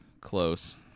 close